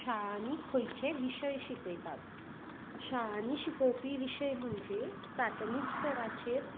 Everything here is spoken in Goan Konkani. शाळांनी खंयचे विशय शिकयतात शाळांनी शिकोवपी विशय म्हणजे प्राथमीक स्थराचेर